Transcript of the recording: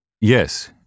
Yes